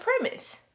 premise